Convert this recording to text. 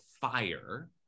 fire